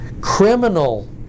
criminal